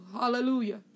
Hallelujah